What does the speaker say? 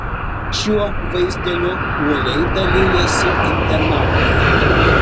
šiuo vaizdeliu uoliai dalijasi internautai